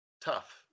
Tough